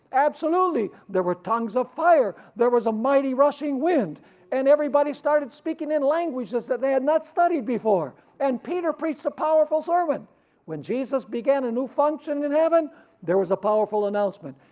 absolutely, there were tongues of fire there was a mighty rushing wind and everybody started speaking in languages that they had not studied before, and peter preached a powerful sermon when jesus began a new function in heaven there was a powerful announcement.